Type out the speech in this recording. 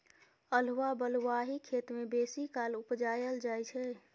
अल्हुआ बलुआही खेत मे बेसीकाल उपजाएल जाइ छै